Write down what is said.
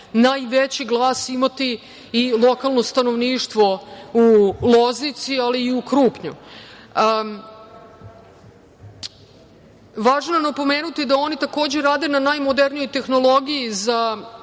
najveći glas imati i lokalno stanovništvo u Loznici ali i u Krupnju. Važno je napomenuti da oni takođe rade na najmodernijoj tehnologiji za